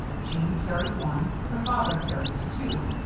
jeanne carried one, her father carried two.